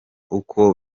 uko